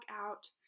out